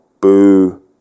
Boo